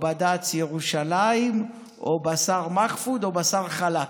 בד"ץ ירושלים או בשר מחפוד או בשר חלק,